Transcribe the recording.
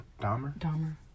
Dahmer